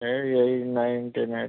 এই eight nine টেনের